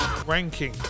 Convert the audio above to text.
ranking